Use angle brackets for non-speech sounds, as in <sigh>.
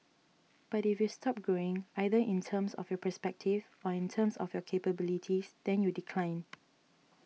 but if you stop growing either in terms of your perspective or in terms of your capabilities then you decline <noise>